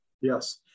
Yes